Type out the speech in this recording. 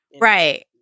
Right